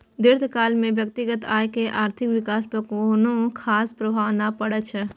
दीर्घकाल मे व्यक्तिगत आयकर के आर्थिक विकास पर कोनो खास प्रभाव नै पड़ै छै